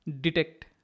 detect